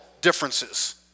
differences